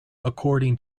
according